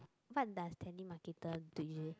what does telemarketer do usually